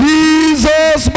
Jesus